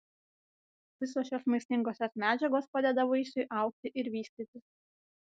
visos šios maistingosios medžiagos padeda vaisiui augti ir vystytis